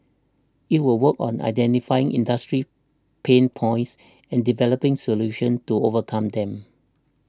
it will work on identifying industry pain points and developing solutions to overcome them